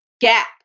gap